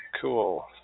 Cool